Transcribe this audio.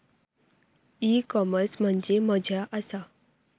E commerce म्हणजे मझ्या आसा?